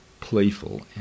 playful